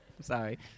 Sorry